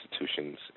institutions